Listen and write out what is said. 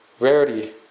Rarity